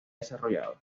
desarrollado